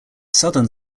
southern